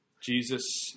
Jesus